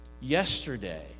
yesterday